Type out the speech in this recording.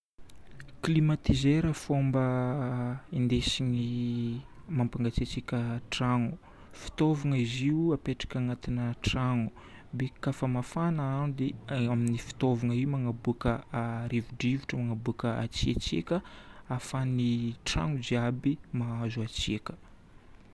Climatiseur fomba indesigny mampangatsiatsiaka tragno. Fitaovagna izy io, apetraka agnatina tragno. De kafa mafana andro dia eo amin'io fitaovagna io magnaboaka rivodrivotra, magnaboaka hatsiatsiaka ahafahan'ny tragno jiaby mahazo hatsiaka.